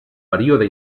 període